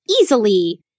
easily